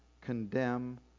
condemn